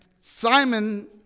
Simon